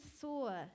saw